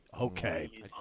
Okay